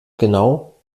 genau